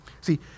see